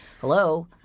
Hello